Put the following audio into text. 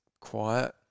quiet